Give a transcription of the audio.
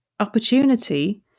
opportunity